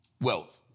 wealth